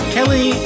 Kelly